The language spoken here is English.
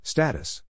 Status